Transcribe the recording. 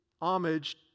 homage